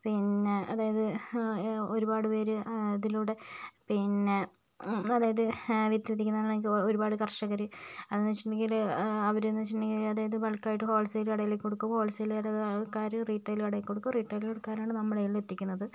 പിന്നെ അതായത് ഒരുപാട് പേര് ഇതിലൂടെ പിന്നെ അതായത് വിത്ത് വിതയ്ക്കുന്നതിലൂടെ ഒരുപാട് കർഷകര് അതെന്നുവെച്ചിട്ടുണ്ടെങ്കില് അവരെന്ന് വെച്ചിട്ടുണ്ടെങ്കില് അതായത് ബൾക്കായിട്ട് ഹോൾസെയിൽ കടയില് കൊടുക്കും ഹോൾസെയിൽ കടകളിലെ ആൾക്കാര് റീടൈൽ കടയിൽ കൊടുക്കും റീടൈൽ കടക്കാരാണ് നമ്മുടെ കയ്യിൽ എത്തിക്കുന്നത്